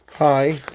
Hi